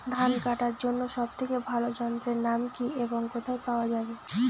ধান কাটার জন্য সব থেকে ভালো যন্ত্রের নাম কি এবং কোথায় পাওয়া যাবে?